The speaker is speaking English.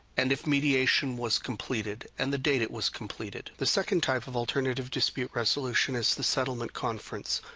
and if mediation was completed and the date it was completed. the second type of alternative dispute resolution is the settlement conference.